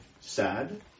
sad